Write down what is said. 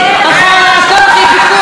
איזה מפיקים פרטיים?